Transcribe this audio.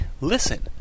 listen